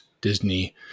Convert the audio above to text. Disney